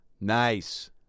nice